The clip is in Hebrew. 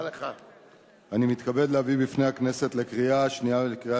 אני מתכבד להביא בפני הכנסת לקריאה שנייה ולקריאה